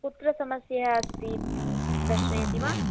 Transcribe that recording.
कुत्र समस्या अस्ति इति दर्शयति वा